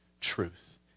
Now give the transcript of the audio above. truth